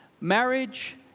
Marriage